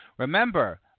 Remember